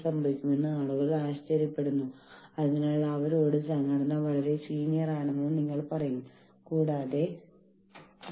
ഇപ്പോൾ ആളുകൾ അസംതൃപ്തരാണെങ്കിൽ സംഘടനയിൽ എന്തെങ്കിലും മാറ്റം വരണമെന്ന് അവർ ആഗ്രഹിക്കുന്നു